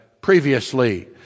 previously